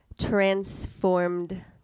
transformed